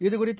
இதுகுறித்து